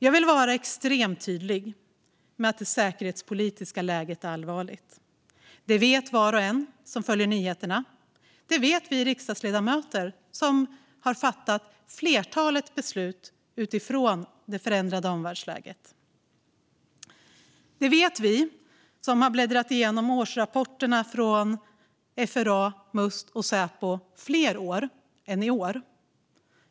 Jag vill vara extremt tydlig med att det säkerhetspolitiska läget är allvarligt. Det vet var och en som följer nyheterna. Det vet vi riksdagsledamöter, som har fattat ett flertal beslut utifrån det förändrade omvärldsläget. Det vet vi som har bläddrat igenom årsrapporterna från FRA, Must och Säpo fler år än detta.